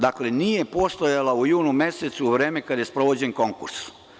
Dakle, nije postojala u junu mesecu, u vreme kada je sprovođen konkurs.